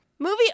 Movie